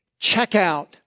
checkout